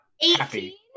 happy